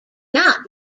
not